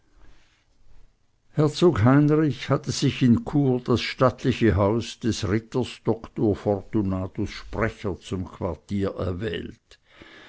heinrich hatte sich in chur das stattliche haus des ritters doktor fortunatus sprecher zum quartier erwählt